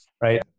Right